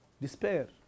Despair